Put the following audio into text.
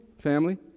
Family